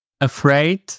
Afraid